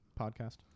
podcast